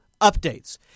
updates